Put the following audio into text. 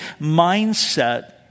mindset